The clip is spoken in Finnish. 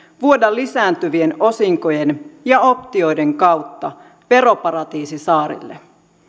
vuoda lisääntyvien osinkojen ja optioiden kautta veroparatiisisaarille